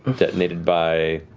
detonated by